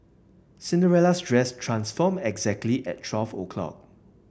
Cinderella's dress transformed exactly at twelve o'clock